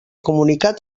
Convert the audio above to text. comunicat